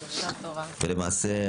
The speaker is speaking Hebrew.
בנושא: